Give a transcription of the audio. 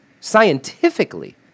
scientifically